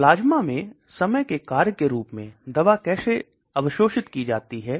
plasma में समय के कार्य के रूप में दवा कैसे अवशोषित की जाती है